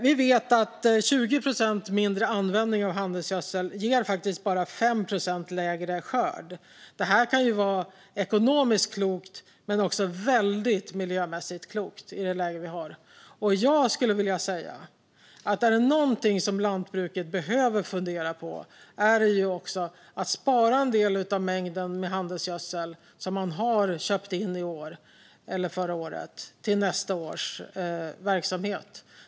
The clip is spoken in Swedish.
Vi vet att 20 procent mindre användning av handelsgödsel faktiskt bara ger 5 procent lägre skörd. Detta kan vara ekonomiskt klokt men också miljömässigt väldigt klokt i det läge vi har. Jag skulle vilja säga att är det någonting som lantbruket behöver fundera på är det att spara en del av den mängd handelsgödsel man har köpt in i år eller förra året till nästa års verksamhet.